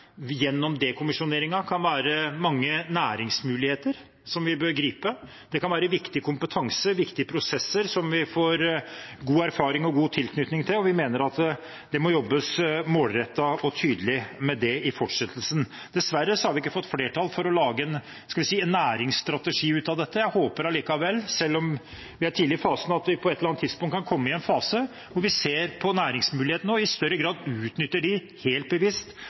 kan være viktig kompetanse, viktige prosesser som vi får god erfaring med og god tilknytning til, og vi mener at det må jobbes målrettet og tydelig med det i fortsettelsen. Dessverre har vi ikke fått flertall for å lage – skal vi si – en næringsstrategi ut av dette. Selv om vi er i en tidlig fase, håper jeg at vi på et eller annet tidspunkt kan komme i en fase der vi ser på næringsmulighetene og i større grad utnytter dem helt bevisst